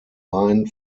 main